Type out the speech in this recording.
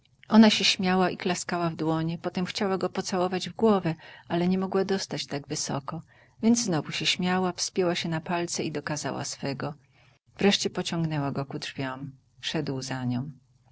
ona się śmiała i klaskała w dłonie potem chciała go pocałować w głowę ale nie mogła dostać tak wysoko więc znowu się śmiała wspięła się na palce i dokazała swego wreszcie pociągnęła go ku drzwiom szedł za nią